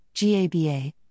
GABA